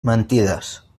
mentides